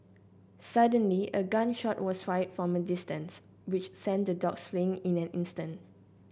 suddenly a gun shot was fired from a distance which sent the dogs fleeing in an instant